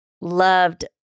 loved